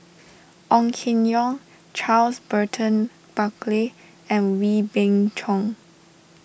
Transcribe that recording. Ong Keng Yong Charles Burton Buckley and Wee Beng Chong